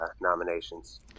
nominations